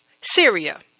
Syria